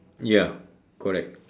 ya correct